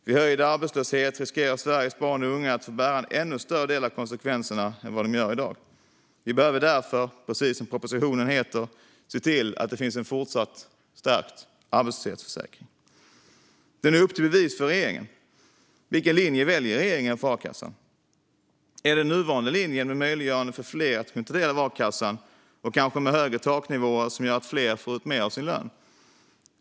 Vid höjd arbetslöshet riskerar Sveriges barn och unga att få bära en ännu större del av konsekvenserna än vad de gör i dag. Vi behöver därför se till att det finns, precis som propositionen heter, en fortsatt stärkt arbetslöshetsförsäkring. Det är nu upp till bevis för regeringen. Vilken linje väljer regeringen för a-kassan? Är det den nuvarande linjen, med möjliggörande för fler att ta del av a-kassan och kanske med högre taknivåer som gör att fler får ut mer av sin lön?